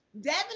Devin